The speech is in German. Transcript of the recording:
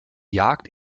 jagd